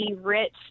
rich